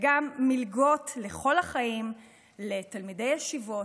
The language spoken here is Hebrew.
וגם מלגות לכל החיים לתלמידי ישיבות,